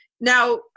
Now